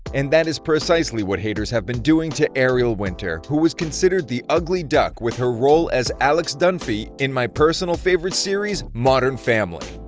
and that is precisely what haters have been doing to ariel winter, who was considered the ugly duck with her role as alex dunphy, in my personal favorite series modern family.